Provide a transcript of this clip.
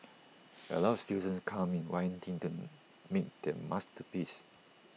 A lot of students come in wanting the mean their masterpiece